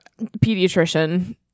pediatrician